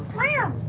liam